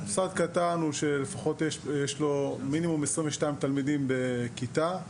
מוסד קטן הוא כזה שיש לו מינימום של 22 תלמידים בכיתה.